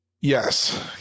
yes